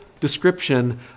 description